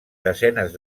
desenes